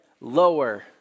lower